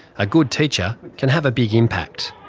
a good teacher can have a big impact.